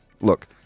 Look